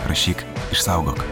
rašyk išsaugok